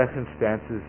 circumstances